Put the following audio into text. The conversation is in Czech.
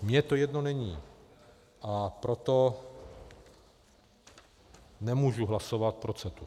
Mně to jedno není, a proto nemůžu hlasovat pro CETA.